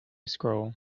scroll